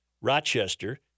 Rochester